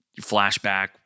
flashback